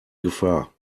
gefahr